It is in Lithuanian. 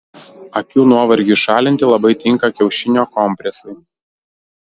akių nuovargiui šalinti labai tinka kiaušinio kompresai